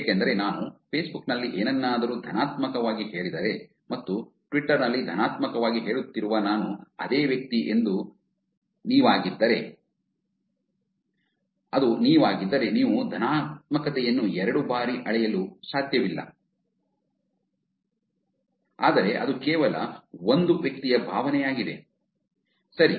ಏಕೆಂದರೆ ನಾನು ಫೇಸ್ಬುಕ್ ನಲ್ಲಿ ಏನನ್ನಾದರೂ ಧನಾತ್ಮಕವಾಗಿ ಹೇಳಿದರೆ ಮತ್ತು ಟ್ವಿಟರ್ ನಲ್ಲಿ ಧನಾತ್ಮಕವಾಗಿ ಹೇಳುತ್ತಿರುವ ನಾನು ಅದೇ ವ್ಯಕ್ತಿ ಅದು ನೀವಾಗಿದ್ದರೆ ನೀವು ಧನಾತ್ಮಕತೆಯನ್ನು ಎರಡು ಬಾರಿ ಅಳೆಯಲು ಸಾಧ್ಯವಿಲ್ಲ ಆದರೆ ಅದು ಕೇವಲ ಒಂದು ವ್ಯಕ್ತಿಯ ಭಾವನೆಯಾಗಿದೆ ಸರಿ